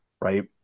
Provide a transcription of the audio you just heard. right